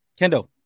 Kendo